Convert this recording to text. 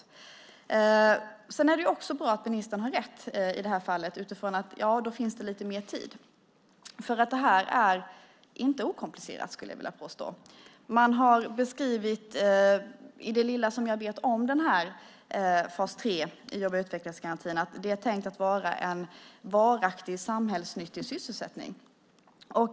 I det här fallet är det också bra att ministern har rätt för då finns det lite mer tid. Detta är inte okomplicerat skulle jag vilja påstå. Det lilla jag känner till om fas tre i jobb och utvecklingsgarantin är att den är tänkt att vara en varaktig samhällsnyttig sysselsättning.